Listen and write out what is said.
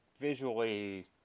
visually